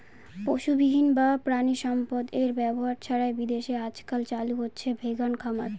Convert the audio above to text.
পশুবিহীন বা প্রানীসম্পদ এর ব্যবহার ছাড়াই বিদেশে আজকাল চালু হয়েছে ভেগান খামার